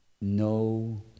no